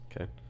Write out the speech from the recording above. Okay